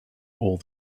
all